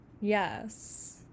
Yes